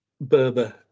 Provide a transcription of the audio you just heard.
Berber